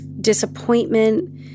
disappointment